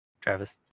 travis